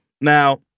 now